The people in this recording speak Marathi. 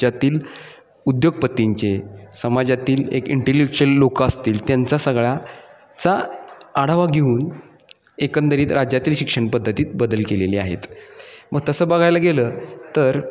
ज्यातील उद्योगपत्तींचे समाजातील एक इंटिलेक्चुअल लोकं असतील त्यांचा सगळ्याचा आढावा घेऊन एकंदरीत राज्यातील शिक्षण पद्धतीत बदल केलेली आहेत मग तसं बघायला गेलं तर